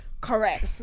Correct